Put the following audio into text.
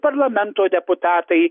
parlamento deputatai